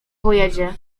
pojedzie